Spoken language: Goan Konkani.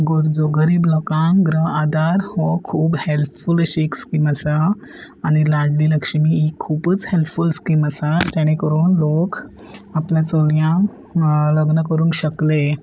गरजो गरीब लोकांक गृह आदार हो खूब हेल्पफूल अशी एक स्कीम आसा आनी लाडली लक्ष्मी ही खुबूच हॅल्पफूल स्कीम आसा जेणे करून लोक आपल्या चलयांक लग्न करूंक शकले